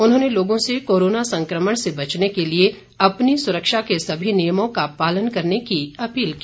उन्होंने लोगों से कोरोना संक्रमण से बचने के लिए अपनी सुरक्षा के सभी नियमों का पालन करने की अपील की